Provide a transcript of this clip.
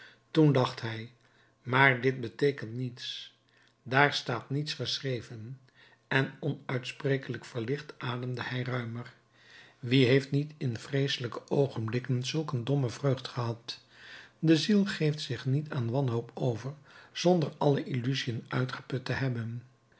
toen dacht hij maar dit beteekent niets daar staat niets geschreven en onuitsprekelijk verlicht ademde hij ruimer wie heeft niet in vreeselijke oogenblikken zulk een domme vreugd gehad de ziel geeft zich niet aan wanhoop over zonder alle illusiën uitgeput te hebben